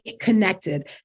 connected